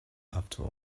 after